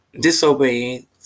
disobeying